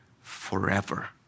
forever